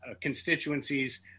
constituencies